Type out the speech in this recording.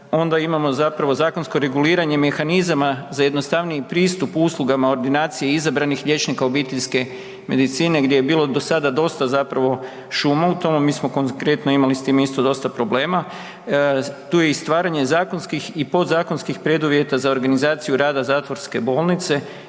Onda imamo zatvorsko reguliranje mehanizama za jednostavniji pristup uslugama ordinaciji izabranih liječnika obiteljske medicine gdje je bilo do sada … Mi smo konkretno imali s tim isto dosta problema, tu je stvaranje i zakonski i podzakonskih preduvjeta za organizaciju rada zatvorske bolnice